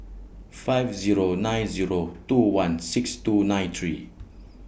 five Zero nine Zero two one six two nine three